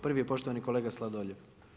Prvi je poštovani kolega Sladoljev.